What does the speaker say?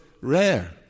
rare